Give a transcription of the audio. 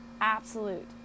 absolute